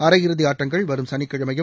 அரையிறுதிஆட்டங்கள் வரும் சனிக்கிழமையும்